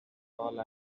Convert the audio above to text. all